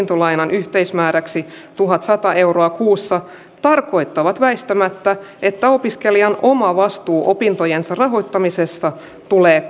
yhteismääräksi tuhatsata euroa kuussa tarkoittavat väistämättä että opiskelijan oma vastuu opintojensa rahoittamisesta tulee